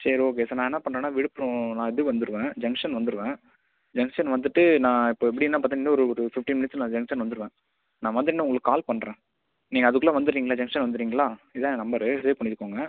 சரி okay sir நான் என்ன பண்றேன்னா விழுப்புரம் நான் எப்படியும் வந்திருவேன் ஜங்ஷன் வந்துருவேன் ஜங்ஷன் வந்துட்டு நான் இப்ப எப்படின்னா பார்த்தீங்கன்னா இன்னும் ஒரு ஒரு ஃபிஃப்டீன் மினிட்ஸில் நான் ஜங்ஷன் வந்துருவேன் நான் வந்துட்டு நான் உங்களுக்கு கால் பண்றேன் நீங்கள் அதுக்குள்ளே வந்துடுறீங்களா ஜங்ஷன் வந்துடுறீங்களா இதுதான் என் நம்பர் சேவ் பண்ணிக்கோங்க